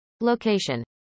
Location